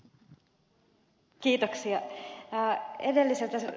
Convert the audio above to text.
edellisellä kierroksella ed